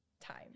time